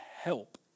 help